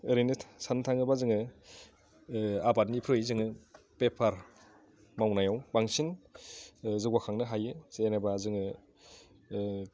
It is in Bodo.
ओरैनो साननो थाङोबा जोङो आबादनिख्रुइ जोङो बेपार मावनायाव बांसिन जौगाखांनो हायो जेनेबा जोङो